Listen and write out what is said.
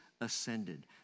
ascended